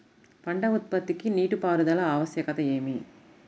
పంట ఉత్పత్తికి నీటిపారుదల ఆవశ్యకత ఏమి?